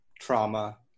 trauma